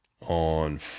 on